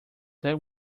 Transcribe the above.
that